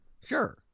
Sure